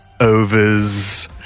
overs